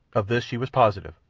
of this she was positive,